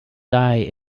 die